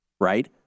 right